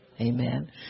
Amen